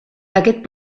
aquest